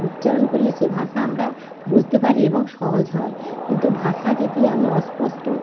উচ্চারণ করলে সে ভাষা আমরা বুঝতে পারি এবং সহজ হয় কিন্তু ভাষা যদি আমি অস্পষ্ট